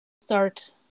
start